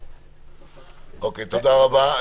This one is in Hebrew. תודה רבה.